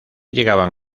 llegaban